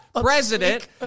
president